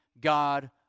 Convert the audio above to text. God